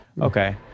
okay